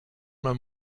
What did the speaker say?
man